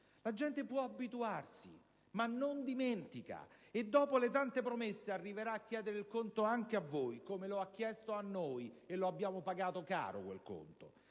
La gente può abituarsi, ma non dimentica, e dopo le tante promesse arriverà a chiedere il conto anche a voi, come lo ha chiesto a noi, e lo abbiamo pagato caro, quel conto.